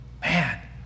Man